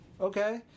Okay